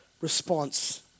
response